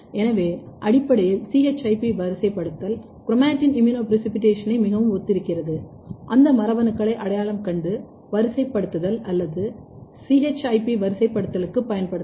எனவே அடிப்படையில் ChIP வரிசைப்படுத்தல் குரோமாடின் இம்யூனோபிரெசிபிட்டேஷனை மிகவும் ஒத்திருக்கிறது அந்த மரபணுக்களை அடையாளம் கண்டு வரிசைப்படுத்துதல் அல்லது ChIP வரிசைப்படுத்துதலுக்குப் பயன்படுத்தவும்